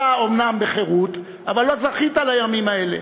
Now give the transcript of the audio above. אתה אומנם בחרות, אבל לא זכית לימים האלה.